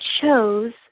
chose